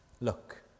look